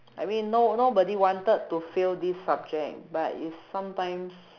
I mean no nobody wanted to fail this subject but it's sometimes